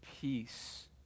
peace